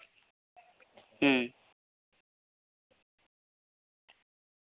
ᱦᱩᱸ